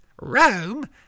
Rome